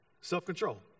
Self-control